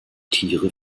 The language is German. tiere